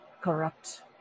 corrupt